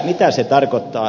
mitä se tarkoittaa